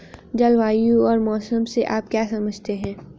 जलवायु और मौसम से आप क्या समझते हैं?